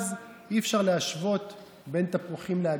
ואז אי-אפשר להשוות בין תפוחים לאגסים,